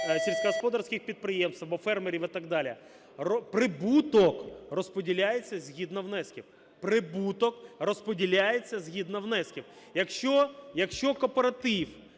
сільськогосподарських підприємств, або фермерів і так далі. Прибуток розподіляється згідно внесків. Прибуток